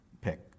pick